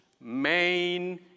main